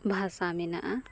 ᱵᱷᱟᱥᱟ ᱢᱮᱱᱟᱜᱼᱟ